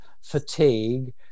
fatigue